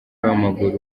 w’amaguru